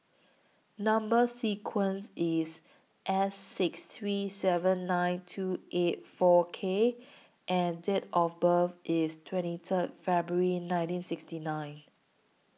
Number sequence IS S six three seven nine two eight four K and Date of birth IS twenty Third February nineteen sixty nine